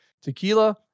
tequila